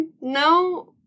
no